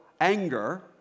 anger